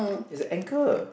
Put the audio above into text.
it's a anchor